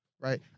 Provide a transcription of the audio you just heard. right